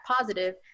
positive